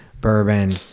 bourbon